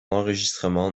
enseignement